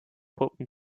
puppen